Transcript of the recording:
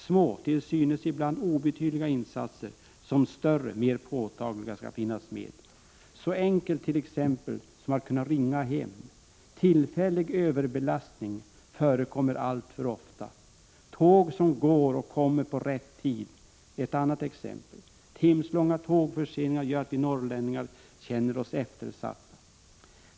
Såväl små, ibland till synes obetydliga, insatser som större och mera påtagliga insatser skall finnas med. Det kan röra sig om någonting så enkelt som att kunna ringa hem. Tillfällig överbelastning | förekommer ju alltför ofta. Tåg som avgår och kommer i rätt tid är ett annat exempel. Timslånga tågförseningar gör att vi norrlänningar känner oss eftersatta.